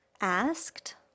asked